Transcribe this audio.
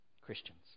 Christians